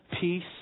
peace